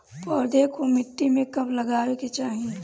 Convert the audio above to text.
पौधे को मिट्टी में कब लगावे के चाही?